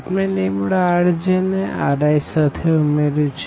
આપણે Rjને Ri સાથે ઉમેર્યું છે